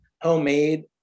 homemade